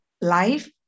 life